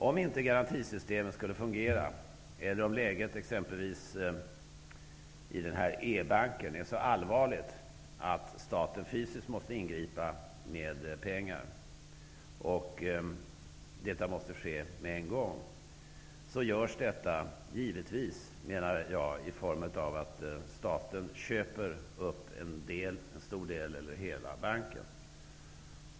Om inte garantisystemen skulle fungera eller om läget i exempelvis E-banken är så allvarligt att staten fysiskt måste ingripa med pengar, och detta måste ske med en gång, görs detta givetvis genom att staten köper en stor del av eller hela banken.